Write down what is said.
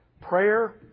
Prayer